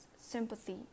sympathy